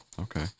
Okay